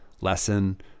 lesson